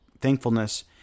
thankfulness